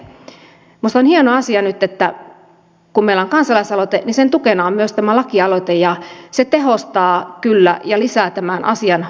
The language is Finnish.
minusta on hieno asia nyt että kun meillä on kansalaisaloite niin sen tukena on myös tämä lakialoite ja se tehostaa kyllä ja lisää tämän asian vaikuttavuutta